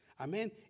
Amen